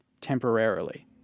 temporarily